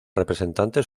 representantes